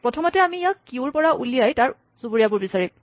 প্ৰথমতে আমি ইয়াক কিউৰ পৰা উলিয়াই তাৰ চুবুৰীয়াবোৰ বিচাৰিম